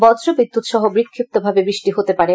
বজ্র বিদ্যুৎ সহ বিক্ষিপ্তভাবে বৃষ্টি হতে পারে